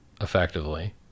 effectively